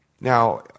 Now